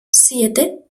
siete